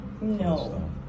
No